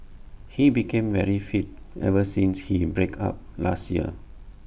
he became very fit ever since his break up last year